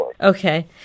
Okay